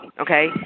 Okay